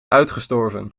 uitgestorven